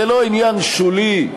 זה לא עניין שולי.